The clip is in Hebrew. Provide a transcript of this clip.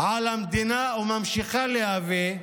על המדינה וממשיכה להביא,